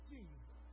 Jesus